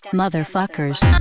motherfuckers